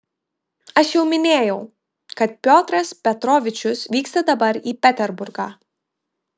aš jau minėjau kad piotras petrovičius vyksta dabar į peterburgą